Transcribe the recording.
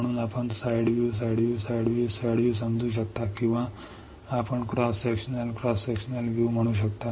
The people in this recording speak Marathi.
म्हणून आपण side view side view side view side view समजू शकता किंवा आपण cross sectional cross sectional view म्हणू शकता